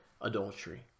adultery